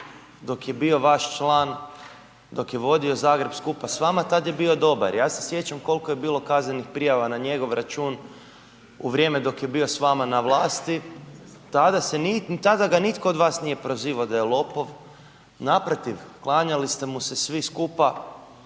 dok je bio vaš član, dok je vodio Zagreb skupa s vama tad je bio dobar, ja se sjećam kolko je bilo kaznenih prijava na njegov račun u vrijeme dok je bio s vama na vlasti, tada se, tada ga nitko od vas nije prozivo da je lopov, naprotiv klanjali ste mu se svi skupa